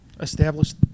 established